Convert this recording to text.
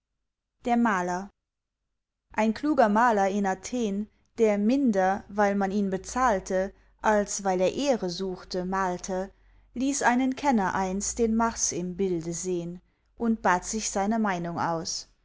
der maler ein kluger maler in athen der minder weil man ihn bezahlte als weil er ehre suchte malte ließ einen kenner einst den mars im bilde sehn und bat sich seine meinung aus